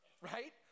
right